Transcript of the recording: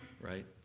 right